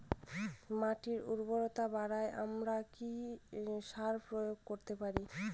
মাটির উর্বরতা বাড়াতে আমরা কি সার প্রয়োগ করতে পারি?